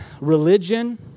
religion